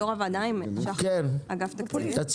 יושב ראש הוועדה, אני מאגף התקציבים.